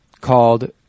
called